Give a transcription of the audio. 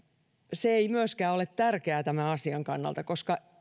se ei myöskään ole tärkeää tämän asian kannalta koska